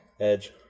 Edge